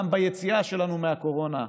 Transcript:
גם ביציאה שלנו מהקורונה,